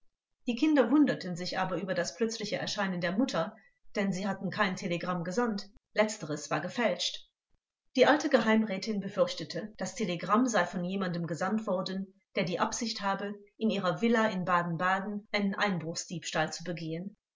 die kinder wunderten sich aber über das plötzliche erscheinen der mutter denn sie hatten kein telegramm gesandt letzteres war gefälscht die alte geheimrätin befürchtete das telegramm sei von jemandem gesandt worden der die absicht habe in ihrer villa in baden-baden einen einbruchsdiebstahl zu begehen